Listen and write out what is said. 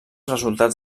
resultats